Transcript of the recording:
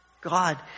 God